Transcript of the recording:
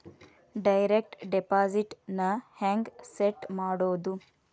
Direct deposit ನ ಹೆಂಗ್ set ಮಾಡೊದು?